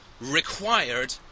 required